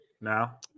now